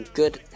good